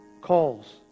calls